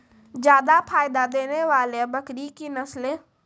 जादा फायदा देने वाले बकरी की नसले?